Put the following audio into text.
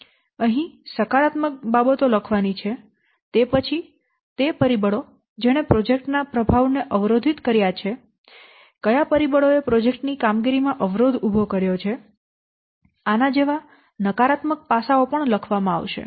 અહીં સકારાત્મક બાબતો લખવાની છે તે પછી તે પરિબળો જેણે પ્રોજેક્ટ ના પ્રભાવને અવરોધિત કર્યા છે કયા પરિબળો એ પ્રોજેક્ટ ની કામગીરીમાં અવરોધ ઉભો કર્યો છે આના જેવા નકારાત્મક પાસાઓ પણ લખવામાં આવશે